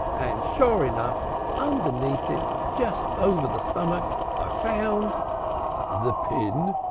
and sure enough underneath it just over the stomach i found the pin,